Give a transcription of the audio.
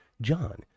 John